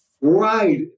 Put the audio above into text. Right